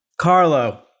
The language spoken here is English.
Carlo